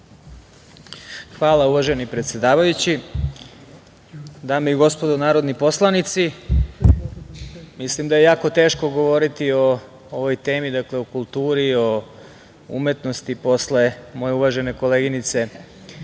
Hvala uvaženi predsedavajući. Dame i gospodo narodni poslanici, mislim da je jako teško govoriti o ovoj temi, o kulturi, o umetnosti posle moje uvažene koleginice, magistra